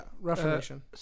reformation